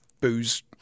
booze